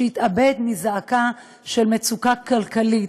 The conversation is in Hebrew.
שהתאבד בזעקה של מצוקה כלכלית,